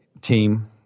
team